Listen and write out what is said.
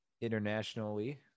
internationally